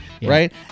Right